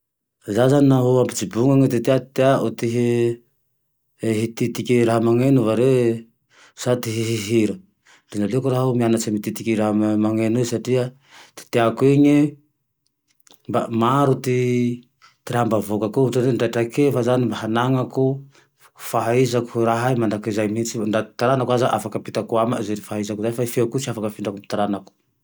Zaho zane naha nampijobonine ty tea ty teako, ty hi- ty hititiky raha maneno va re sa ty hihira, le naleoko raho mianatsy mititiky raha maneno iny satria ty teako ine. Mba maro ty raha mba avôkake eo, hotrany hoe tra- trakefa zane mba ananako, fahaizako raha iny mandrakizay mihintsiny. Dra ty taranako aza afaky ampitako amae izay fahaizako ezae. Fa i feoko tsy afake afindra ame taranako.